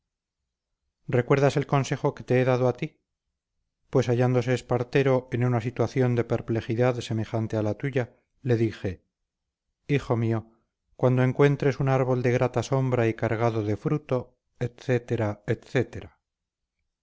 recuerdas el consejo que te he dado a ti pues hallándose espartero en una situación de perplejidad semejante a la tuya le dije hijo mío cuando encuentres un árbol de grata sombra y cargado de fruto etcétera etcétera